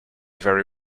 very